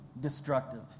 destructive